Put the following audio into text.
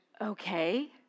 Okay